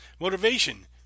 Motivation